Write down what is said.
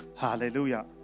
hallelujah